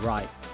Right